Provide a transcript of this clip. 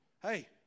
hey